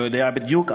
לא יודע בדיוק,